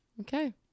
Okay